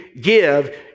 give